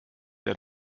der